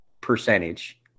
percentage